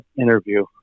interview